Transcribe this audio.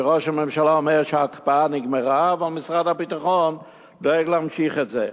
שראש הממשלה אומר שההקפאה נגמרה ומשרד הביטחון דואג להמשיך את זה.